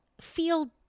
feel